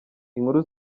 inkuru